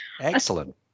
Excellent